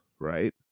right